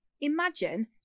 Imagine